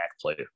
player